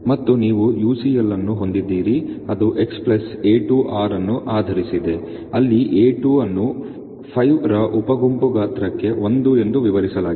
ಮತ್ತು ನೀವು UCL ಅನ್ನು ಹೊಂದಿದ್ದೀರಿ ಅದು 'X' A2 R' ಅನ್ನು ಆಧರಿಸಿದೆ ಅಲ್ಲಿ A2 ಅನ್ನು 5 ರ ಉಪ ಗುಂಪು ಗಾತ್ರಕ್ಕೆ 1 ಎಂದು ವಿವರಿಸಲಾಗಿದೆ